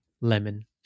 lemon